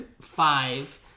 five